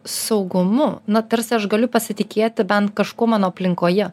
saugumu na tarsi aš galiu pasitikėti bent kažkuo mano aplinkoje